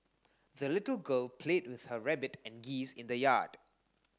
the little girl played with her rabbit and geese in the yard